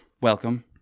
Welcome